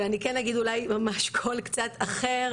אבל אני כן אגיד אולי ממש קול קצת אחר.